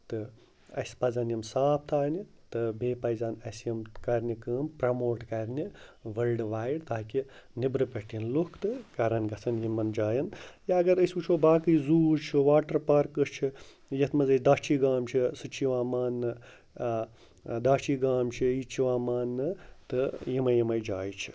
تہٕ اَسہِ پَزَن یِم صاف تھاونہِ تہٕ بیٚیہِ پَزَن اَسہِ یِم کَرنہِ کٲم پرٛموٹ کَرنہِ وٲلڈٕ وایڈ تاکہِ نیٚبرٕ پٮ۪ٹھ یِن لُکھ تہٕ کَرَن گَژھن یِمَن جایِن یا اگر أسۍ وٕچھو باقٕے زوٗ چھُ واٹَر پارکہٕ چھِ یَتھ منٛز اَسہِ داچھی گام چھِ سُہ تہِ چھِ یِوان مانٛنہٕ داچھی گام چھِ یہِ تہِ چھِ یِوان مانٛنہٕ تہٕ یِمَے یِمَے جایہِ چھِ